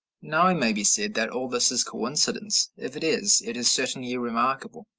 now it may be said that all this is coincidence. if it is, it is certainly remarkable.